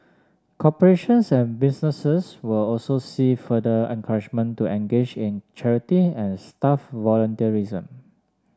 corporations and businesses will also see further encouragement to engage in charity and staff volunteerism